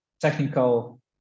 technical